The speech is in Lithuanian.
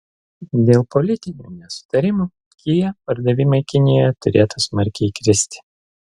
dėl politinių nesutarimų kia pardavimai kinijoje turėtų smarkiai kristi